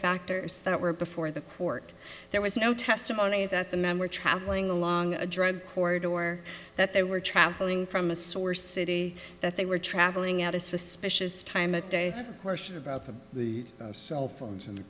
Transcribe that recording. factors that were before the court there was no testimony that the member travelling along a drug court or that they were traveling from a source city that they were traveling at a suspicious time of day question about the cell phones in the